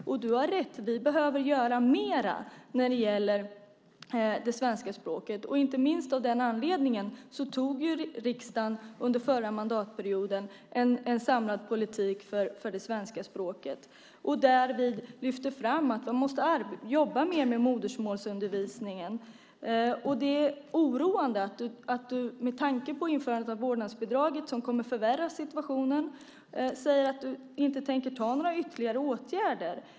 Du har rätt i att vi behöver göra mer när det gäller det svenska språket. Inte minst av den anledningen antog riksdagen under förra mandatperioden en samlad politik för det svenska språket. Vi lyfte där fram att man måste jobba mer med modersmålsundervisningen. Det är oroande att du med tanke på införandet av vårdnadsbidraget som kommer att förvärra situationen säger att du inte tänker vidta ytterligare åtgärder.